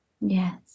Yes